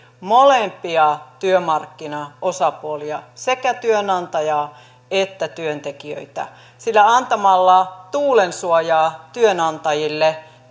molempia työmarkkinaosapuolia sekä työnantajaa että työntekijöitä sillä antamalla tuulensuojaa työnantajille